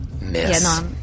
Miss